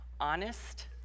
honest